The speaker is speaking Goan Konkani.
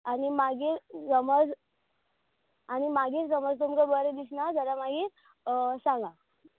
आनी मागीर समज आनी मागीर समज तुमकां बरें दिसना जाल्यार मागीर सांगां